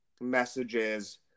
messages